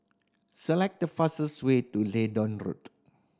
select the fastest way to Leedon Road